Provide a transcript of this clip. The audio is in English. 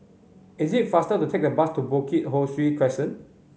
it is faster to take the bus to Bukit Ho Swee Crescent